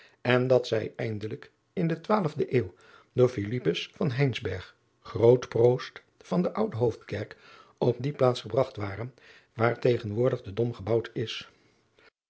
en dat zij eindelijk in de twaalsde euw door root roost van de oude oofdkerk op die plaats gebragt waren waar tegenwoordig de om gebouwd is